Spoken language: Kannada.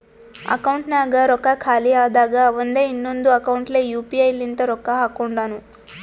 ಅಕೌಂಟ್ನಾಗ್ ರೊಕ್ಕಾ ಖಾಲಿ ಆದಾಗ ಅವಂದೆ ಇನ್ನೊಂದು ಅಕೌಂಟ್ಲೆ ಯು ಪಿ ಐ ಲಿಂತ ರೊಕ್ಕಾ ಹಾಕೊಂಡುನು